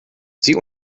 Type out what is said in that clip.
sie